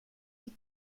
die